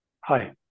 Hi